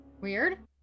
Weird